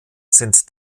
sind